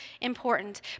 important